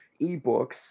eBooks